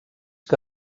que